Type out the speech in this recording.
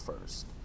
first